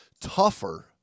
tougher